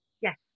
Yes